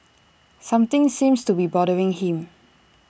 something seems to be bothering him